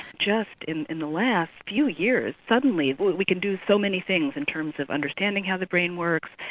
just in in the last few years suddenly we can do so many things in terms of understanding how the brain works,